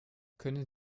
können